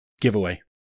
giveaway